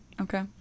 Okay